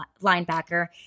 linebacker